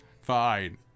Fine